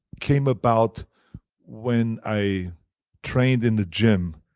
came about when i trained in the gym.